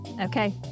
Okay